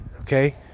okay